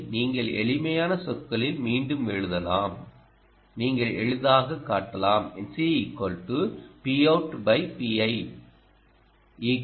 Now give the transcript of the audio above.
இதை நீங்கள் எளிமையான சொற்களில் மீண்டும் எழுதலாம் நீங்கள் எளிதாக காட்டலாம்